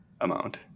amount